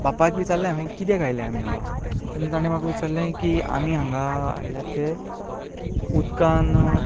बापायक विचारलें हांवें कित्याक आयल्यात आमीं हांगा तेन्ना ताणें म्हाका विचारलें की आमीं हांगा आयल्यात ते उदकांत